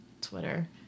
Twitter